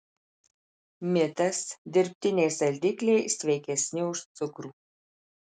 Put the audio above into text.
mitas dirbtiniai saldikliai sveikesni už cukrų